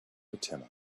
fatima